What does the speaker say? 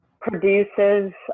produces